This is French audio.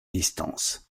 distances